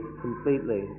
completely